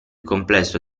complesso